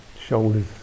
shoulders